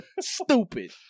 stupid